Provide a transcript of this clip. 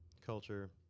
culture